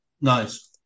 Nice